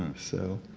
um so,